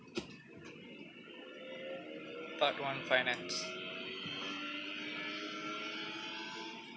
part one finance